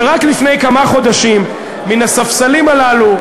שרק לפני כמה חודשים מן הספסלים הללו,